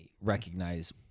recognize